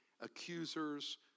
accusers